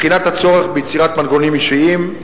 בחינת הצורך ביצירת מנגנונים אישיים.